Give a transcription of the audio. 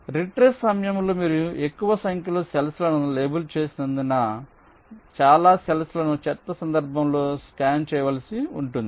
retrace సమయంలో మీరు ఎక్కువ సంఖ్యలో సెల్ఫ్ లను లేబుల్ చేసినందున మీరు చాలా సెల్ఫ్ లను చెత్త సందర్భంలో స్కాన్ చేయవలసి ఉంటుంది